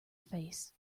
face